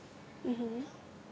(uh huh)